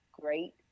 great